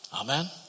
Amen